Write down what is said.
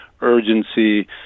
urgency